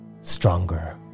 stronger